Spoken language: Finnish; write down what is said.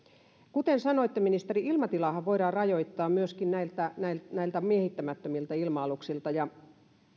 kuten sanoitte ministeri ilmatilaahan voidaan rajoittaa myöskin näiltä miehittämättömiltä ilma aluksilta ja